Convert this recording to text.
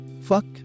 Fuck